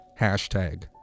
Hashtag